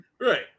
Right